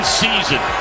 season